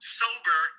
sober